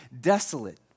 desolate